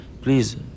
please